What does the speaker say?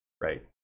Right